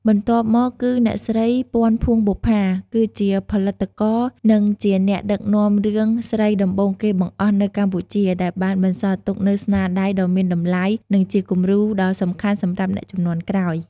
បន្ទាប់មកគឺអ្នកស្រី ពាន់ ភួងបុប្ផា គឺជាផលិតករ និងជាអ្នកដឹកនាំរឿងស្រីដំបូងគេបង្អស់នៅកម្ពុជា ដែលបានបន្សល់ទុកនូវស្នាដៃដ៏មានតម្លៃ និងជាគំរូដ៏សំខាន់សម្រាប់អ្នកជំនាន់ក្រោយ។